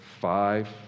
five